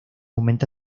aumenta